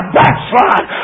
backslide